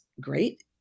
great